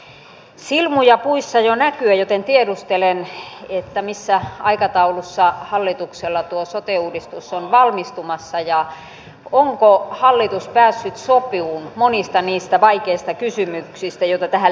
nyt alkaa silmuja puissa jo näkyä joten tiedustelen missä aikataulussa hallituksella tuo sote uudistus on valmistumassa ja onko hallitus päässyt sopuun monista niistä vaikeista kysymyksistä joita tähän liittyy